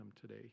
today